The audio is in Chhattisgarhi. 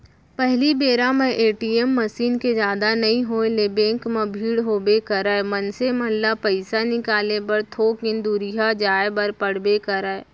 पहिली बेरा म ए.टी.एम मसीन के जादा नइ होय ले बेंक म भीड़ होबे करय, मनसे मन ल पइसा निकाले बर थोकिन दुरिहा जाय बर पड़बे करय